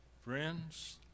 Friends